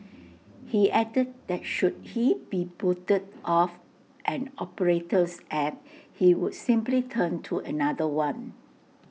he added that should he be booted off an operator's app he would simply turn to another one